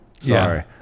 Sorry